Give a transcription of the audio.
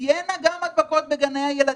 תהיינה גם הדבקות בגני הילדים,